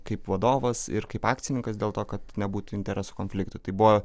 kaip vadovas ir kaip akcininkas dėl to kad nebūtų interesų konflikto tai buvo